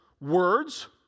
words